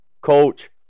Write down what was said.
Coach